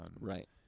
Right